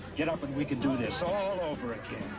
get up, and we can do this all over again.